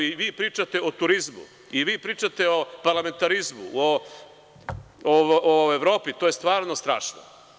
I vi pričate o turizmu, vi pričate o parlamentarizmu, o Evropi, to je stvarno strašno.